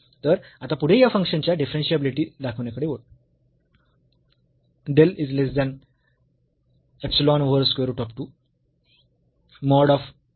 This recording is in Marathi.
तर आता पुढे या फंक्शन च्या डिफरन्शियाबिलिटी दाखविण्याकडे वळू